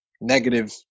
negative